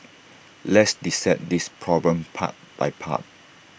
let's dissect this problem part by part